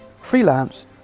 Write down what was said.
freelance